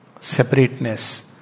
separateness